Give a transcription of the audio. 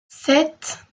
sept